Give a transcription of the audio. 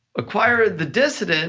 acquire the dissident